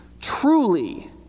truly